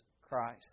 Christ